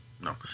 No